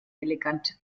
elegant